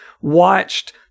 watched